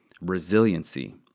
resiliency